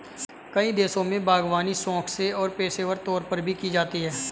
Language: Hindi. कई देशों में बागवानी शौक से और पेशेवर तौर पर भी की जाती है